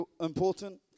important